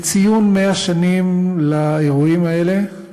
לציון 100 שנים לאירועים האלה,